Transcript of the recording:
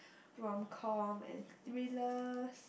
rom com and thrillers